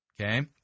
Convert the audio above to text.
Okay